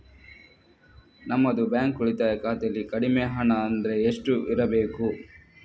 ನಮ್ಮದು ಬ್ಯಾಂಕ್ ಉಳಿತಾಯ ಖಾತೆಯಲ್ಲಿ ಕಡಿಮೆ ಹಣ ಅಂದ್ರೆ ಎಷ್ಟು ಇರಬೇಕು?